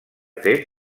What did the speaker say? fet